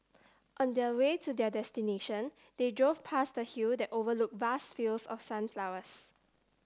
on the a way to their destination they drove past a hill that overlook vast fields of sunflowers